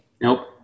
Nope